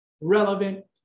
relevant